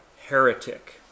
heretic